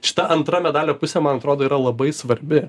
šita antra medalio pusė man atrodo yra labai svarbi